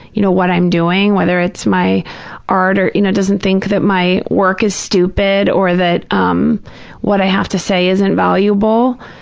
you know, what i'm doing, whether it's my art or, you know, doesn't think that my work is stupid or that um what i have to say isn't valuable.